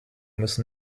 müssen